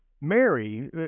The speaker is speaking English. Mary